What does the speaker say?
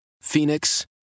Phoenix